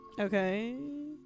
Okay